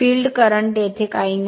field current येथे काहीही नाही